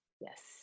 yes